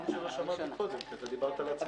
את זה לא שמעתי קודם כי אתה דיברת לעצמך.